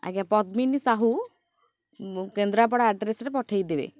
ଆଜ୍ଞା ପଦ୍ମିନୀ ସାହୁ କେନ୍ଦ୍ରାପଡ଼ା ଆଡ଼୍ରେସରେ ପଠେଇଦେବେ